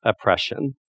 oppression